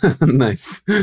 Nice